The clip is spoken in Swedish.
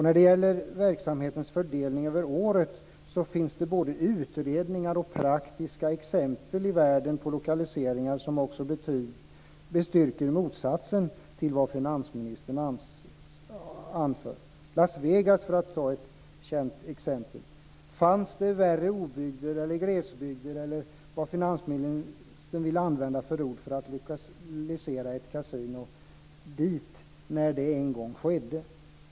När det gäller verksamhetens fördelning över året finns det både utredningar och praktiska exempel i världen på lokaliseringar som också bestyrker motsatsen till vad finansministern anför - Las Vegas är ett känt exempel. Fanns det värre obygder eller glesbygder eller vad finansministern vill använda för ord för att lokalisera ett kasino dit när det en gång skedde?